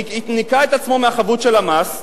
הוא ניקה את עצמו מהחבות של המס ויחזור.